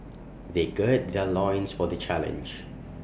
they gird their loins for the challenge